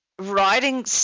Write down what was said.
Writing